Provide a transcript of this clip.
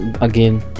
again